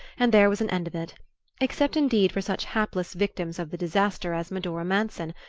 and there was an end of it except indeed for such hapless victims of the disaster as medora manson,